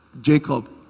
Jacob